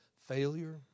failure